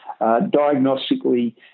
Diagnostically